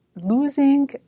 Losing